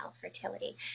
fertility